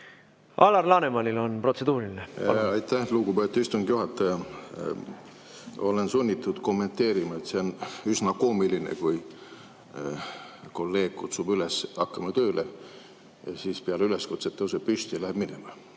Alar Lanemanil on protseduuriline. Aitäh, lugupeetud istungi juhataja! Olen sunnitud kommenteerima, et see on üsna koomiline, kui kolleeg kutsub üles, et hakkame tööle, ja siis peale üleskutset tõuseb püsti ja läheb minema.